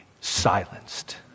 Silenced